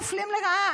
מופלים לרעה,